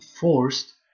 forced